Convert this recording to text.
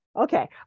okay